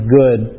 good